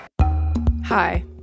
Hi